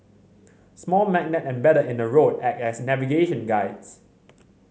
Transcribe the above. small magnets embedded in the road act as navigation guides